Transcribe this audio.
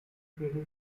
crater